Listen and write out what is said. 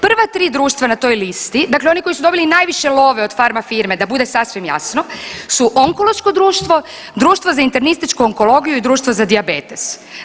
Prva tri društva na toj listi, dakle oni koji su dobili najviše love od farma-firme, da bude sasvim jasno, su onkološko društvo, društvo za internističku onkologiju i društvo za dijabetes.